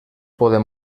poden